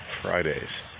Friday's